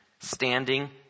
standing